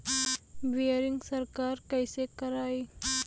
Boring सरकार कईसे करायी?